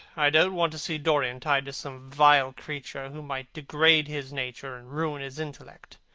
i don't want to see dorian tied to some vile creature, who might degrade his nature and ruin his intellect.